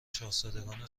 شاهزادگان